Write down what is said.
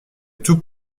tout